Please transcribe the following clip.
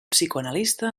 psicoanalista